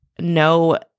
No